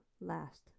last